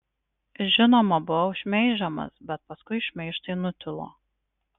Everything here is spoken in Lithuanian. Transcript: žinoma buvau šmeižiamas bet paskui šmeižtai nutilo